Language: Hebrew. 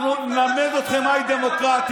אנחנו נלמד אתכם מהי דמוקרטיה.